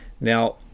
Now